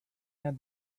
had